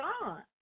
gone